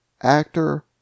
actor